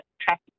traffic